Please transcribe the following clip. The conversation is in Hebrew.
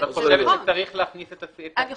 חושבת שצריך להכניס את הסעיף הזה כפי שהקראתי?